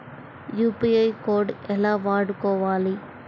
UPI code ఎలా వాడుకోవాలి?